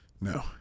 No